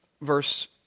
verse